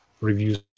reviews